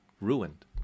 ruined